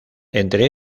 entre